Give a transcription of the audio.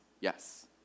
yes